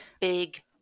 big